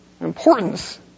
importance